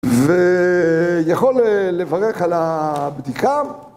ויכול לברך על הבדיקה